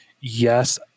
Yes